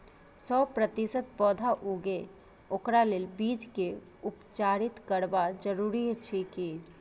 सौ प्रतिसत पौधा उगे ओकरा लेल बीज के उपचारित करबा जरूरी अछि की?